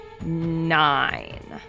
nine